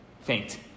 Faint